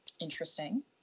Interesting